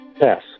Yes